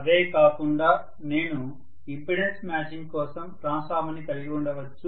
అవే కాకుండా నేను impedance matching కోసం ట్రాన్స్ఫార్మర్ కలిగి ఉండవచ్చు